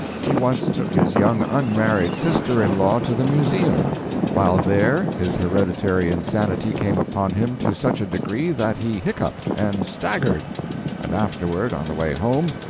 he once took his young unmarried sister-in-law to the museum while there his hereditary insanity came upon him to such a degree that he hiccupped and staggered and afterward, on the way home,